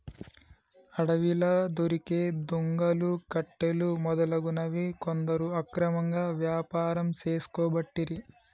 అడవిలా దొరికే దుంగలు, కట్టెలు మొదలగునవి కొందరు అక్రమంగా వ్యాపారం చేసుకోబట్టిరి